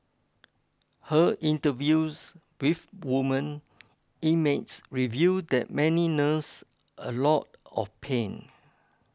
her interviews with women inmates reveal that many nurse a lot of pain